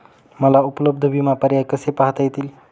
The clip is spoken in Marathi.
मला उपलब्ध विमा पर्याय कसे पाहता येतील?